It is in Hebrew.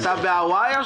אתה בהוואי?